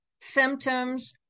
symptoms